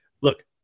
look